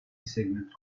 segment